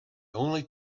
only